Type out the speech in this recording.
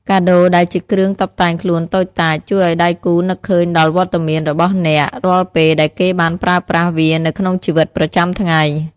កាដូដែលជាគ្រឿងតុបតែងខ្លួនតូចតាច ជួយឱ្យដៃគូនឹកឃើញដល់វត្តមានរបស់អ្នករាល់ពេលដែលគេបានប្រើប្រាស់វានៅក្នុងជីវិតប្រចាំថ្ងៃ។